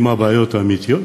עם הבעיות האמיתיות,